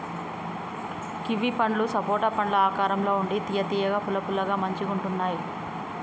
kiwi పండ్లు సపోటా పండ్ల ఆకారం ల ఉండి తియ్య తియ్యగా పుల్ల పుల్లగా మంచిగుంటున్నాయ్